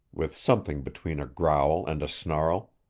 with something between a growl and a snarl.